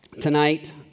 tonight